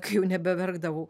kai jau nebeverkdavau